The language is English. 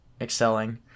excelling